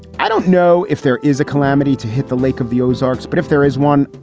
i don't know if there is a calamity to hit the lake of the ozarks, but if there is one,